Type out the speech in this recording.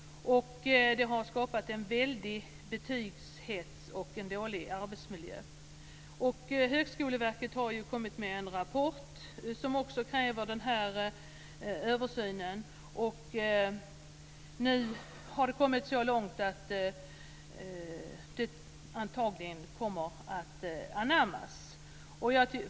Det har skapat en väldig betygshets och en dålig arbetsmiljö. Högskoleverket har kommit med en rapport som också kräver den här översynen. Det har kommit så långt att det antagligen kommer att anammas.